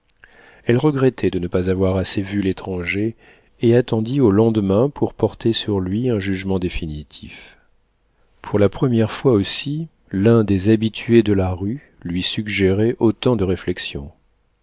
elle regrettait de ne pas avoir assez vu l'étranger et attendit au lendemain pour porter sur lui un jugement définitif pour la première fois aussi l'un des habitués de la rue lui suggérait autant de réflexions